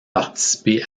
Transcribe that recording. participer